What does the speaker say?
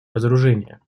разоружения